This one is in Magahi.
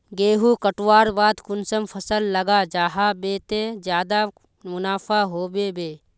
गेंहू कटवार बाद कुंसम फसल लगा जाहा बे ते ज्यादा मुनाफा होबे बे?